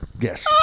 Yes